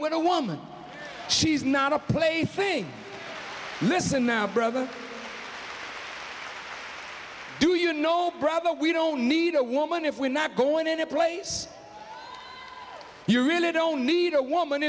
with a woman she's not a place thing listen now brother do you know brother we don't need a woman if we're not going in a place you really don't need a woman